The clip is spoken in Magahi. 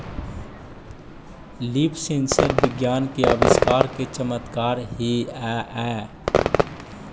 लीफ सेंसर विज्ञान के आविष्कार के चमत्कार हेयऽ